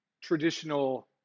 traditional